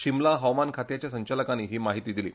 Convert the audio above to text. शिमला हवामान खात्याच्या संचालकांनी ही माहिती दिली